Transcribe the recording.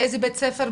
באיזה בית ספר,